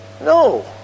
no